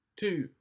two